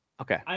Okay